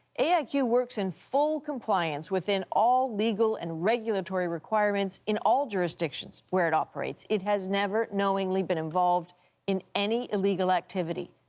a i q. works in full compliance within all legal and regulatory requirements in all jurisdictions where it operates. it has never knowingly been involved in any illegal activity.